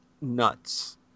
nuts